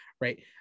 right